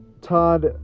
Todd